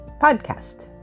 Podcast